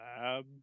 lab